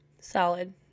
Solid